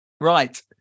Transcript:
Right